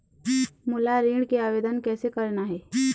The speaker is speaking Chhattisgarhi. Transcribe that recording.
मोला ऋण के आवेदन कैसे करना हे?